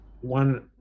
one